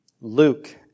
Luke